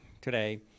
today